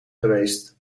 geweest